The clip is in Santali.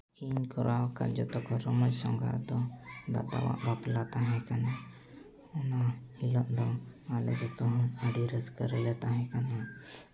ᱤᱧ ᱠᱚᱨᱟᱣ ᱟᱠᱟᱫ ᱡᱚᱛᱚᱠᱷᱚᱱ ᱨᱚᱢᱚᱡᱽ ᱥᱟᱸᱜᱷᱟᱨ ᱫᱚ ᱫᱟᱫᱟᱣᱟᱜ ᱵᱟᱯᱞᱟ ᱛᱟᱦᱮᱸ ᱠᱟᱱᱟ ᱚᱱᱟ ᱦᱤᱞᱳᱜ ᱫᱚ ᱟᱞᱮ ᱡᱚᱛᱚ ᱦᱚᱲ ᱟᱹᱰᱤ ᱨᱟᱹᱥᱠᱟᱹ ᱨᱮᱞᱮ ᱛᱟᱦᱮᱸ ᱠᱟᱱᱟ